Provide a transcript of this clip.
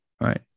right